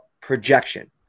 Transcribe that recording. projection